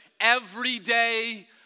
everyday